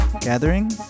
Gathering